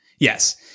Yes